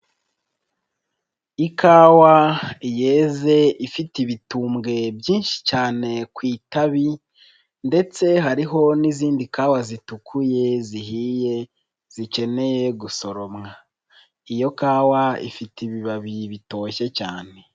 Ikawa yeze ifite ibitumbwe byinshi cyane ku itabi ndetse hariho n'izindi kawa zitukuye zihiye, zikeneye gusoromwa, iyo kawa ifite ibibabi bitoshye cyane.